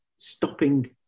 stopping